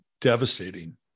devastating